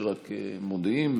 שרק מודיעים.